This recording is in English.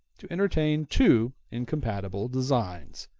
to entertain two incompatible designs.